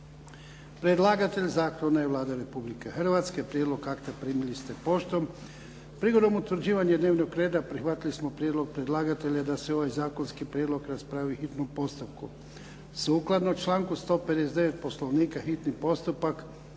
Predlagatelj zakona je Vlada Republike Hrvatske. Prijedlog akta primili ste poštom. Prilikom utvrđivanja dnevnog reda prihvatili smo prijedlog predlagatelja da se ovaj zakonski prijedlog raspravi u hitnom postupku. Sukladno članku 159. Poslovnika hitni postupak